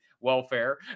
welfare